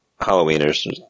Halloweeners